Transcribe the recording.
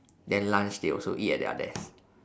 then lunch they also eat at their desk